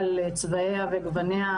על צביעה וגווניה,